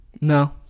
No